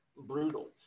brutal